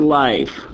life